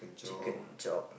chicken chop